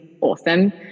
awesome